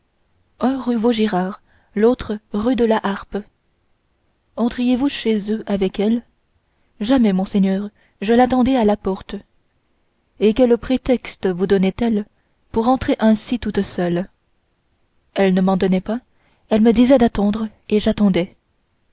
rue de vaugirard l'autre rue de la harpe entriez vous chez eux avec elle jamais monseigneur je l'attendais à la porte et quel prétexte vous donnait-elle pour entrer ainsi toute seule elle ne m'en donnait pas elle me disait d'attendre et j'attendais